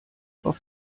auf